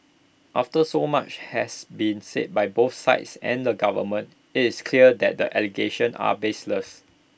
after so much has been said by both sides and the government IT is clear that the allegations are baseless